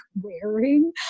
wearing